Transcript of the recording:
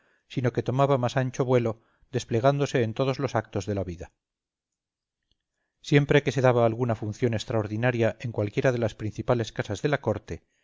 sino que tomaba más ancho vuelo desplegándose en todos los actos de la vida siempre que se daba alguna función extraordinaria en cualquiera de las principales casas de la corte